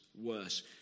worse